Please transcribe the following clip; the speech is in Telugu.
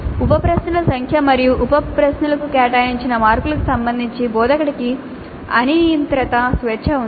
ఉప ప్రశ్నల సంఖ్య మరియు ప్రతి ఉప ప్రశ్నకు కేటాయించిన మార్కులకు సంబంధించి బోధకుడికి అనియంత్రిత స్వేచ్ఛ ఉంది